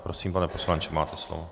Prosím, pane poslanče, máte slovo.